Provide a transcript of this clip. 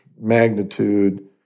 magnitude